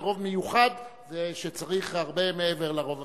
ורוב מיוחד זה שצריך הרבה מעבר לרוב המיוחס.